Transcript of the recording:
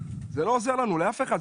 לאף אחד,